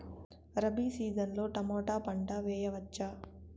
Rabi season లో tomato పంట వేయవచ్చా?